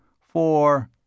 four